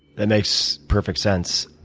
that makes perfect sense.